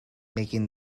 making